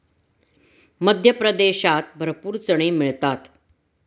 मध्य प्रदेशात भरपूर चणे मिळतात